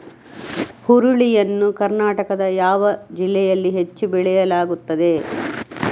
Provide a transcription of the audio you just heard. ಹುರುಳಿ ಯನ್ನು ಕರ್ನಾಟಕದ ಯಾವ ಜಿಲ್ಲೆಯಲ್ಲಿ ಹೆಚ್ಚು ಬೆಳೆಯಲಾಗುತ್ತದೆ?